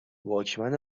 واکمن